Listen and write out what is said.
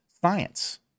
science